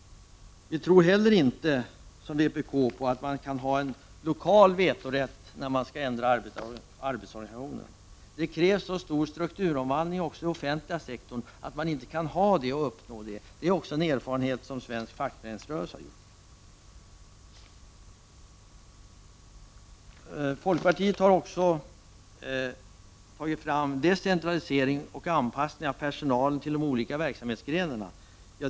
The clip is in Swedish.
Vi tror inte heller, som vpk, på att det går att ha en lokal vetorätt när arbetsorganisationen skall ändras. Det krävs så stor strukturomvandling också iden offentliga sektorn att det inte går att ha vetorätt i sådana sammanhang. Det är också en erfarenhet som svensk fackföreningsrörelse har gjort. Folkpartiet har även tagit fram decentralisering och anpassning av personal till olika verksamhetsgrenar.